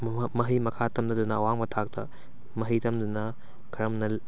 ꯃꯍꯩ ꯃꯈꯥ ꯇꯝꯊꯗꯨꯅ ꯑꯋꯥꯡꯕ ꯊꯥꯛꯇ ꯃꯍꯩ ꯇꯝꯗꯨꯅ ꯈꯔ ꯑꯃꯅ